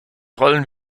rollen